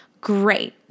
great